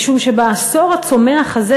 משום שהעשור הצומח הזה,